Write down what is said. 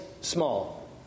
small